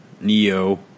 Neo